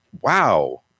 wow